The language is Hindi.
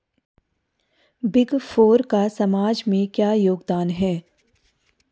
बिग फोर का समाज में क्या योगदान है?